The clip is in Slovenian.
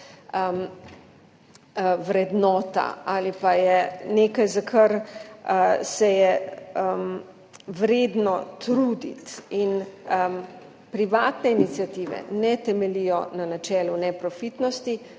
vrednota ali pa nekaj, za kar se je vredno truditi. Privatne iniciative ne temeljijo na načelu neprofitnosti,